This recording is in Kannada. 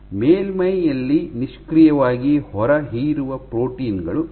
ಮೇಲ್ಮೈಯಲ್ಲಿ ನಿಷ್ಕ್ರಿಯವಾಗಿ ಹೊರಹೀರುವ ಪ್ರೋಟೀನ್ ಗಳು ಇವು